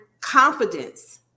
confidence